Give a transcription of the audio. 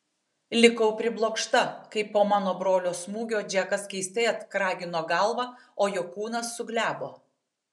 likau priblokšta kai po mano brolio smūgio džekas keistai atkragino galvą o jo kūnas suglebo